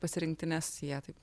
pasirinkti nes jie taip